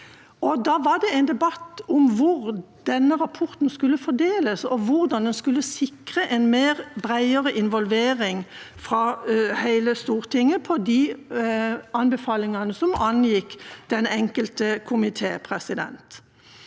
det var en debatt om hvor rapportene skulle sendes, og hvordan man skulle sikre en bredere involvering fra hele Stortinget i de anbefalingene som angikk den enkelte komiteen.